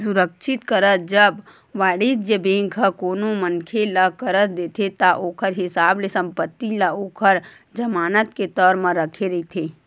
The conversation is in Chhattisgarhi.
सुरक्छित करज, जब वाणिज्य बेंक ह कोनो मनखे ल करज देथे ता ओखर हिसाब ले संपत्ति ल ओखर जमानत के तौर म रखे रहिथे